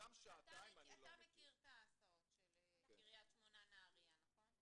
אתה מכיר את ההסעות של קריית שמונה-נהריה, נכון?